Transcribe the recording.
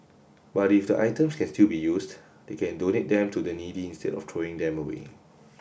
but if the items can still be used they can donate them to the needy instead of throwing them away